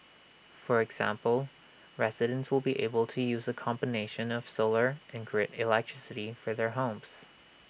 for example residents will be able to use A combination of solar and grid electricity for their homes